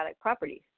properties